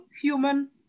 human